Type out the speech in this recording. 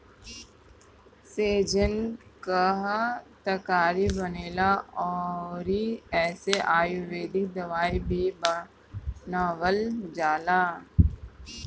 सैजन कअ तरकारी बनेला अउरी एसे आयुर्वेदिक दवाई भी बनावल जाला